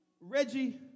Reggie